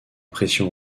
pression